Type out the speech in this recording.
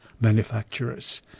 manufacturers